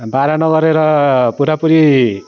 बाह्र नगरेर पुरापुरी